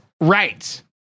right